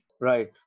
Right